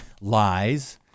Lies